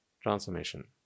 Transformation